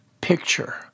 picture